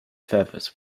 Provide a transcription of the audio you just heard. feathers